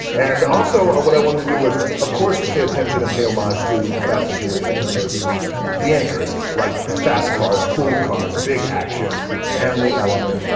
and, also, what i wanted to do was, of course, pay attention and pay homage to the fast and furious universe the anchors, like, fast cars, cool cars, big action, family element.